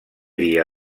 dia